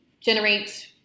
generate